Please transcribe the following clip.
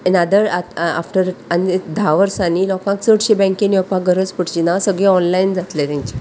आदर आत आफ्टर आनी एक धा वर्सांनी लोकांक चडशें बँकेन येवपाक गरज पडची ना सगळें ऑनलायन जातलें तेंचें